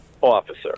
officer